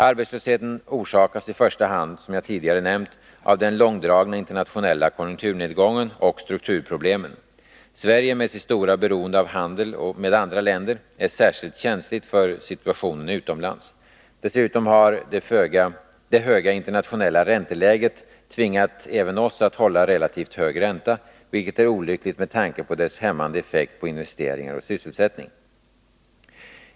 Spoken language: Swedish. Arbetslösheten orsakas i första hand, som jag tidigare nämnt, av den långdragna internationella konjukturnedgången och strukturproblemen. Sverige, med sitt stora beroende av handel med andra länder, är särskilt känsligt för situationen utomlands. Dessutom har det höga internationella ränteläget tvingat även oss att hålla relativt hög ränta, vilket är olyckligt med tanke på dess hämmande effekt på investeringar och sysselsättning.